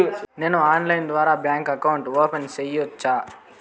నేను ఆన్లైన్ ద్వారా bank account open సేయొచ్చా?